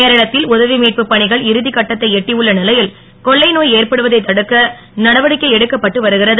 கேரளத்தில் உதவி மீட்பு பணிகள் இறுதி கட்டத்தை எட்டி உள்ள நிலையில் கொள்ளை நோய் ஏற்படுவதை தடுக்க நடவடிக்கை எடுக்கப்பட்டு வருகிறது